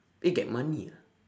eh get money ah